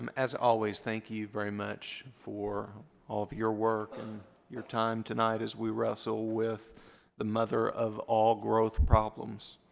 um as always, thank you very much for all of your work and your time tonight as we wrestle with the mother of all growth problems.